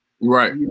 Right